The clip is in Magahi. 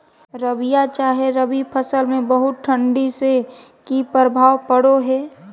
रबिया चाहे रवि फसल में बहुत ठंडी से की प्रभाव पड़ो है?